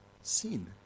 sin